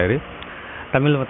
Tamil